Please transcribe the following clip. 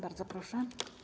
Bardzo proszę.